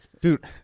Dude